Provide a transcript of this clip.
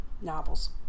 novels